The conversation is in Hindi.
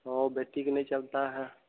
ओ बेट्टी के नहीं चलता है